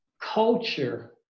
culture